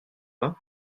vin